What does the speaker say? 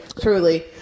truly